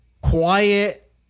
quiet